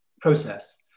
process